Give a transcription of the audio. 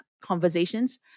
Conversations